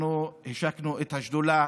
אנחנו השקנו את השדולה